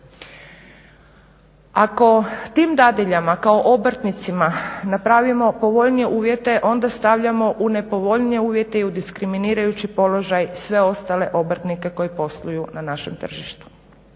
Ako tim dadiljama kao obrtnicama napravimo povoljnije uvjete onda stavljamo u nepovoljnije uvijete i u diskriminirajući položaj sve ostale obrtnike koji posluju na našem tržištu.